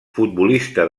futbolista